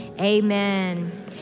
amen